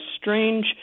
strange